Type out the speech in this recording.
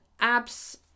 abs